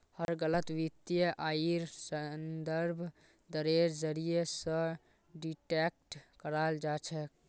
हर गलत वित्तीय आइर संदर्भ दरेर जरीये स डिटेक्ट कराल जा छेक